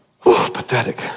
pathetic